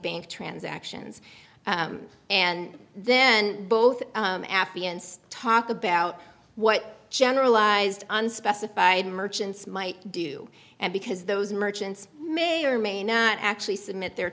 bank transactions and then both affianced talk about what generalized unspecified merchants might do and because those merchants may or may not actually submit their